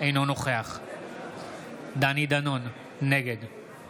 אינו נוכח דני דנון, נגד